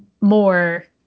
more –